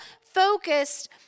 focused